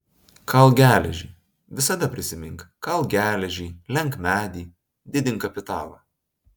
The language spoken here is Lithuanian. kalk geležį visada prisimink kalk geležį lenk medį didink kapitalą